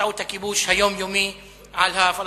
באמצעות הכיבוש היומיומי על הפלסטינים.